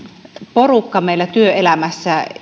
porukka meillä työelämässä